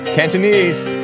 Cantonese